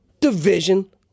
division